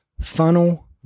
funnel